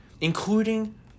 including-